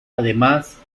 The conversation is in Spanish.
además